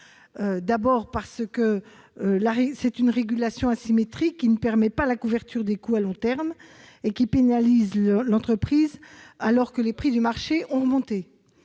et lésait EDF. C'est une régulation asymétrique, qui ne permet pas la couverture des coûts à long terme pour EDF et qui pénalise l'entreprise, alors que les prix du marché ont augmenté.